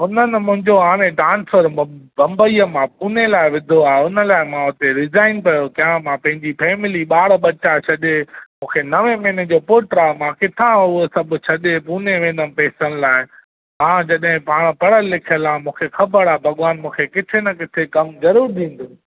हुननि मुंहिंजो हाणे ट्रांसफर मुम बम्बईअ मां पुणे लाइ विधो आहे हुन लाइ मां हुते रिजाइन पियो कयां त छा मां पंहिंजी फैमिली बार बचा छॾे मूंखे नव महीने जो पुटु आहे मां किथा आउं सभु छॾे पुणे वेंदुमि पैसनि लाइ हा जॾहिं पाणि पढ़ल लिखल आहे मूंखे ख़बर आहे भॻवान मूंखे किथे न किथे कमु ज़रूरु ॾींदो